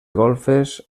golfes